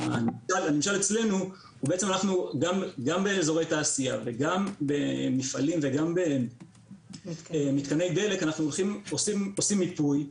גם באזורי תעשייה וגם במפעלים וגם במתקני דלק אנחנו עושים מיפוי,